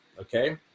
Okay